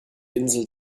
insel